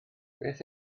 beth